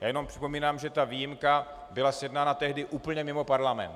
Jenom připomínám, že výjimka byla sjednána tehdy úplně mimo Parlament.